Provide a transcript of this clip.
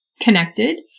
connected